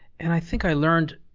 and i think i learned,